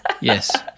yes